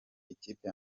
ikipe